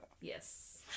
Yes